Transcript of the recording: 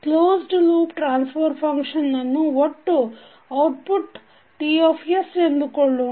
closed loop transfer function ಅನ್ನು ಒಟ್ಟು output T ಎಂದುಕೊಳ್ಳೋಣ